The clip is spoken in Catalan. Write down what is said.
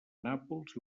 nàpols